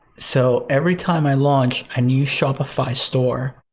so every time i launch a new shopify store,